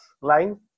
line